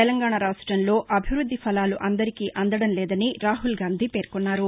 తెలంగాణా రాష్టంలో అభివృద్ది ఫలాలు అందరికీ అందడంలేదని రాహుల్గాంధీ పేర్కొన్నారు